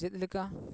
ᱪᱮᱫ ᱞᱮᱠᱟ